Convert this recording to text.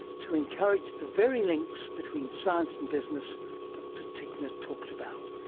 to encourage the very links between science and business dr tickner talked about.